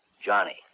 Johnny